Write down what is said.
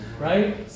Right